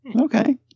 Okay